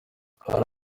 hari